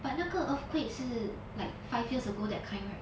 but 那个 earthquake 是 like five years ago that kind right